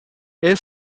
ring